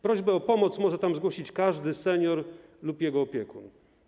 Prośbę o pomoc może tam zgłosić każdy senior lub jego opiekun.